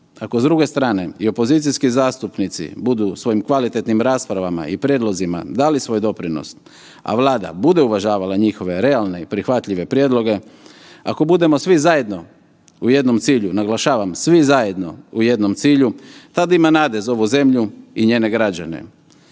ako s druge strane, i opozicijski zastupnici budu svojim kvalitetnim rasprava i prijedlozima dali svoj doprinos, a Vlada bude uvažavala njihove realne i prihvatljive prijedloge, ako budemo svi zajedno u jednom cilju, naglašavam, svi zajedno u jednom cilju, tada ima nade za ovu zemlju i njene građane.